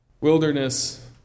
Wilderness